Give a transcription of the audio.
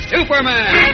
Superman